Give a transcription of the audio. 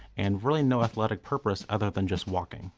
and really no athletic purpose other than just walking.